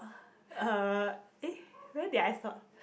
uh eh where did I stop